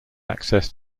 access